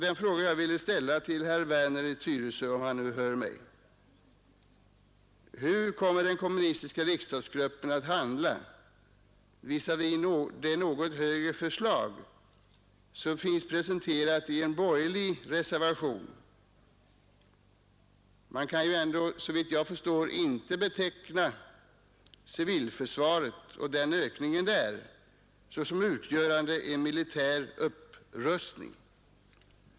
Den fråga jag ville ställa till herr Werner i Tyresö, om han nu hör mig, är: Hur kommer den kommunistiska riksdagsgruppen att handla visavi det något högre förslag som finns presenterat i en borgerlig reservation och som rör civilförsvaret? Man kan ju ändå, såvitt jag förstår, inte beteckna denna ökning till civilförsvaret som en militär upprustning.